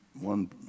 one